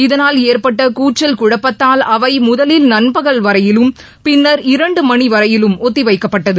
இதனால் ஏற்பட்ட கூச்சல் குழப்பத்தால் அவை முதலில் நண்பகல் வரையிலும் பின்னர் இரண்டு மணிவரையிலும் ஒத்தி வைக்கப்பட்டது